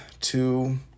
two